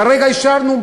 כרגע אישרנו,